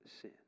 sin